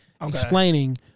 explaining